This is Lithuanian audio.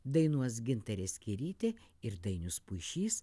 dainuos gintarė skėrytė ir dainius puišys